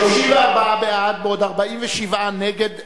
34 בעד ו-47 נגד,